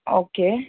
okay